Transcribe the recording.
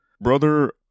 Brother